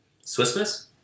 Swiss-miss